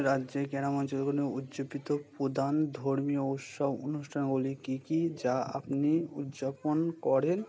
রাজ্যের গ্রাম অঞ্চলগুলি উদ্যাপিত প্রধান ধর্মীয় উৎসব অনুষ্ঠানগুলি কী কী যা আপনি উদ্যাপন করেন